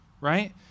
right